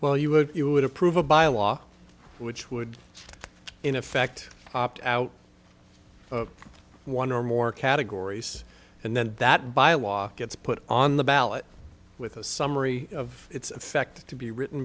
well you would you would approve a by law which would in effect opt out one or more categories and then that by a law gets put on the ballot with a summary of its effect to be written